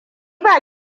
ba